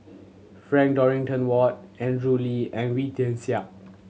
Frank Dorrington Ward Andrew Lee and Wee Tian Siak